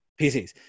PCs